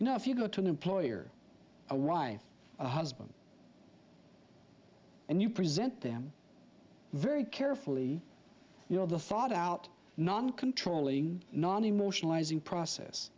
no if you go to an employer arrived a husband and you present them very carefully your the thought out non controlling non emotional is in process